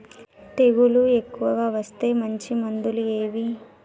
తెగులు ఎక్కువగా వస్తే మంచి మందులు ఏవి?